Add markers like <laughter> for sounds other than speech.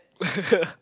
<laughs>